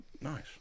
Nice